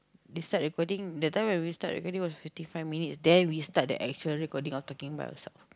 they start recording that time when we start recording was fifty five minutes then we start the actual recording of talking by ourselves